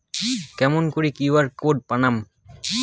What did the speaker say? কেমন করি QR code বানাম?